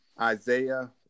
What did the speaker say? Isaiah